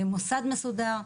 מוסד מסודר,